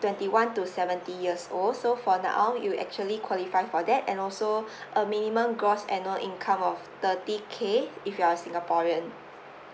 twenty one to seventy years old so for now you actually qualify for that and also a minimum gross annual income of thirty K if you are a singaporean